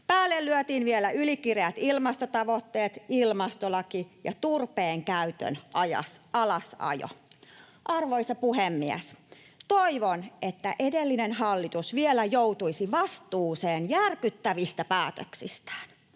Päälle lyötiin vielä ylikireät ilmastotavoitteet, ilmastolaki ja turpeen käytön alasajo. Arvoisa puhemies! Toivon, että edellinen hallitus vielä joutuisi vastuuseen järkyttävistä päätöksistään.